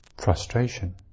frustration